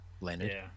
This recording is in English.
Leonard